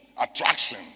attraction